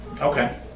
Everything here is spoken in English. Okay